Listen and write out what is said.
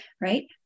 Right